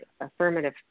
affirmative